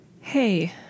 hey